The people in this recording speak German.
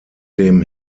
dem